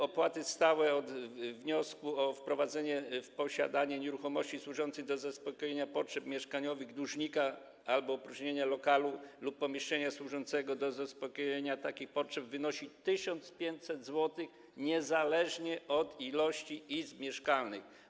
Opłaty stałe od wniosku o wprowadzenie w posiadanie nieruchomości służącej do zaspokojenia potrzeb mieszkaniowych dłużnika albo opróżnienia lokalu lub pomieszczenia służącego do zaspokojenia takich potrzeb wynoszą 1500 zł niezależnie od ilości izb mieszkalnych.